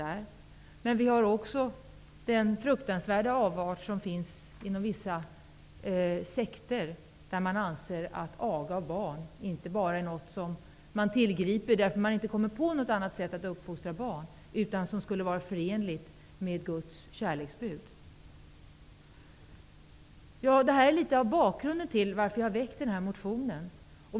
Ett annat exempel är den fruktansvärda avart som finns inom vissa sekter, där man anser att aga av barn inte bara skall tillgripas när man inte kommer på något annat sätt att uppfostra barn utan att det är förenligt med Det här är något av bakgrunden till motionen.